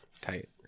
tight